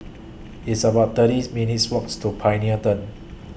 It's about thirties minutes' Walks to Pioneer Turn